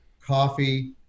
coffee